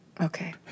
Okay